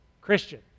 Christian